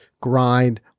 grind